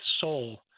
soul